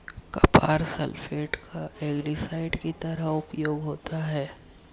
copper sulphate का algicide की तरह उपयोग होता है